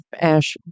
Ash